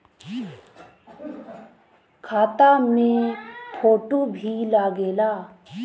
खाता मे फोटो भी लागे ला?